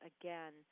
again